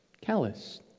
Callous